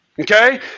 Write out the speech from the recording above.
Okay